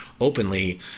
openly